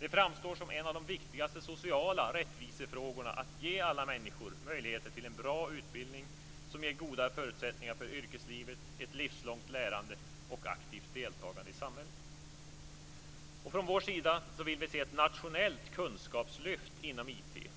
Det framstår som en av de viktigaste sociala rättvisefrågorna att ge alla människor möjligheter till en bra utbildning som ger goda förutsättningar för yrkeslivet, ett livslångt lärande och aktivt deltagande i samhället. Vi från Centerpartiet vill se ett nationellt kunskapslyft inom IT.